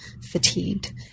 fatigued